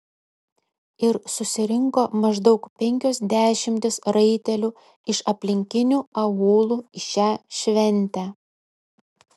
ir susirinko maždaug penkios dešimtys raitelių iš aplinkinių aūlų į šią šventę